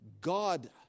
God